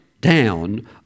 down